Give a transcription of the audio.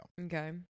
Okay